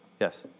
Yes